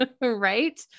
Right